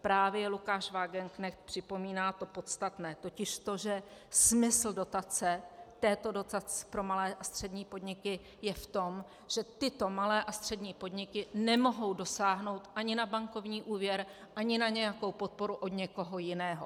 Právě Lukáš Wagenknecht připomíná to podstatné, totiž to, že smysl dotace, této dotace pro malé a střední podniky, je v tom, že tyto malé a střední podniky nemohou dosáhnout ani na bankovní úvěr ani na nějakou podporu od někoho jiného.